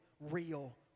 real